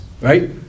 Right